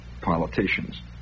politicians